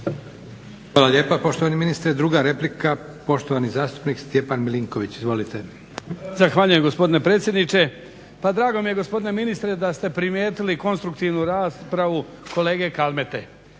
Hvala lijepa poštovani ministre. Druga replika, poštovani zastupnik Stjepan Milinković. Izvolite. **Milinković, Stjepan (HDZ)** Zahvaljujem gospodine predsjedniče. Pa drago mi je gospodine ministre da ste primijetili konstruktivnu raspravu kolege Kalmete